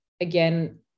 again